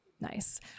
Nice